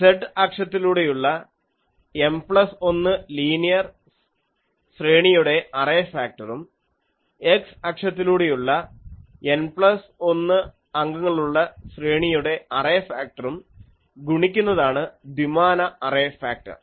z അക്ഷത്തിലൂടെയുള്ള M plus 1 linear ശ്രേണിയുടെ array ഫാക്ടറും x അക്ഷത്തിലൂടെയുള്ള N പ്ലസ് 1 അംഗങ്ങളുള്ള ശ്രേണിയുടെ അറേ ഫാക്ടറും ഗുണിക്കുന്നതാണ് ദ്വിമാന അറേ ഫാക്ടർ